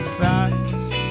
fast